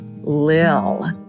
Lil